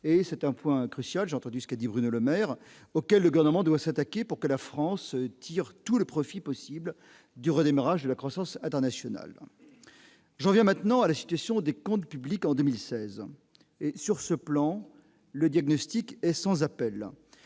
et c'est un point crucial : j'ai entendu ce qu'à dit Bruno Le Maire le garnement doit s'attaquer pour que la France tire tout le profit possible du redémarrage de la croissance internationale, j'en viens maintenant à la situation des comptes publics en 2016 et sur ce plan, le diagnostic est sans appel